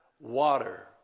water